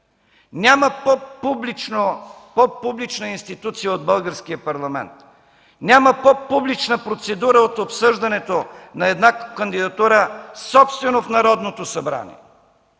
няма по публична институция от Българския парламент, няма пό публична процедура от обсъждането на една кандидатура собствено в Народното събрание!